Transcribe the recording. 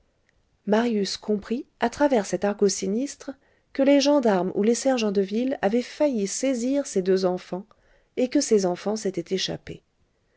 marius comprit à travers cet argot sinistre que les gendarmes ou les sergents de ville avaient failli saisir ces deux enfants et que ces enfants s'étaient échappées